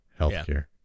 healthcare